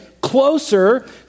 closer